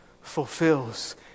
fulfills